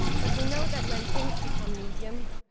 but we know that when things become medium,